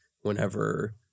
Whenever